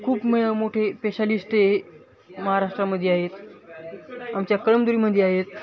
खूप मे मोठे पेशालिस्ष्ट हे महाराष्ट्रामध्ये आहेत आमच्या कळमदुरीमध्ये आहेत